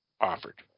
offered